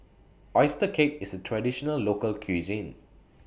Oyster Cake IS A Traditional Local Cuisine